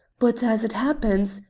but as it happens,